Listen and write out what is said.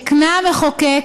הקנה המחוקק